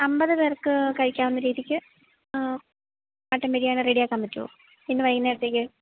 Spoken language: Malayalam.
അമ്പത് പേർക്ക് കഴിക്കാവുന്ന രീതിക്ക് മട്ടൻ ബിരിയാണി റെഡിയാക്കാന് പറ്റുമോ ഇന്ന് വൈകുന്നേരത്തേക്ക്